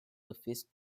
offices